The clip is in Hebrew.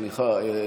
סליחה,